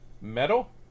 Metal